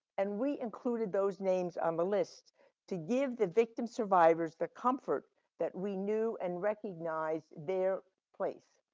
and we included those names on the list to give the victims survivors the comfort that we knew and recognize their place.